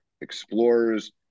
explorers